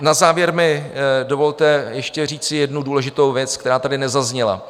Na závěr mi dovolte ještě říci jednu důležitou věc, která tady nezazněla.